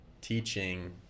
teaching